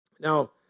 Now